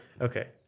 Okay